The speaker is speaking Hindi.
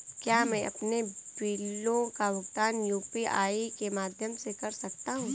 क्या मैं अपने बिलों का भुगतान यू.पी.आई के माध्यम से कर सकता हूँ?